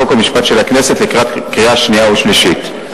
חוק ומשפט של הכנסת לקראת קריאה שנייה ושלישית.